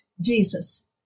Jesus